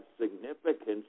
significance